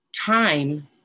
time